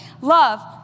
Love